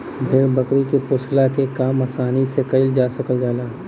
भेड़ बकरी के पोसला के काम आसानी से कईल जा सकल जाला